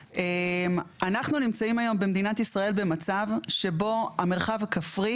אנחנו נמצאים היום במדינת ישראל במצב שבו המרחב הכפרי